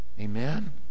Amen